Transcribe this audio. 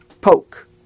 Poke